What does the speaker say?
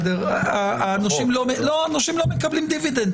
הנושים לא מקבלים דיבידנד,